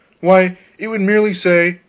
why, it would merely say,